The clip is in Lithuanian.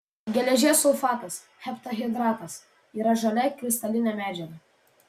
geležies sulfatas heptahidratas yra žalia kristalinė medžiaga